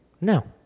No